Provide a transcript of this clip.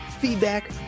feedback